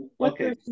Okay